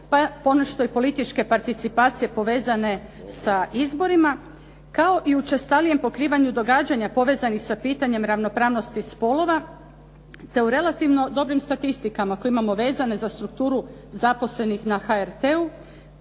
ponešto i političke participacije povezane sa izborima, kao i učestalijem pokrivanju događanja povezanih sa pitanjem ravnopravnosti spolova te u relativno dobrim statistikama koje imamo vezane za strukturu zaposlenih na HRT-u,